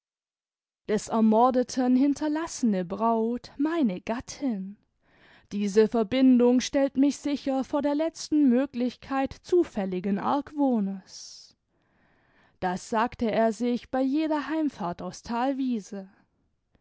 des ermordeten hinterlassene braut meine gattin diese verbindung stellt mich sicher vor der letzten möglichkeit zufälligen argwohnes das sagte er sich bei jeder heimfahrt aus